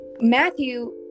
Matthew